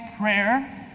prayer